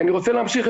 אני רוצה להמשיך,